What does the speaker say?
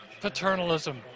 paternalism